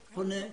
הזה?